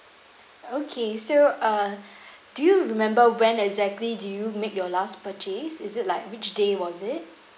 okay so uh do you remember when exactly did you make your last purchase is it like which day was it